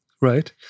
right